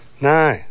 No